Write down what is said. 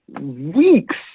weeks